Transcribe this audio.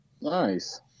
nice